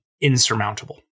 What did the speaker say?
insurmountable